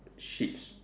sheeps